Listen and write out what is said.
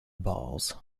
balls